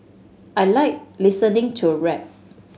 I like listening to rap